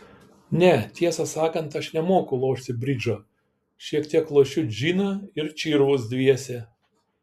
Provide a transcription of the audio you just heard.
ne tiesą sakant aš nemoku lošti bridžo šiek tiek lošiu džiną ir čirvus dviese